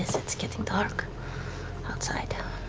it's getting dark outside.